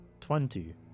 Twenty